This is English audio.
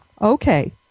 Okay